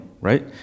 right